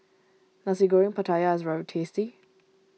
Nasi Goreng Pattaya is very tasty